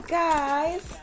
guys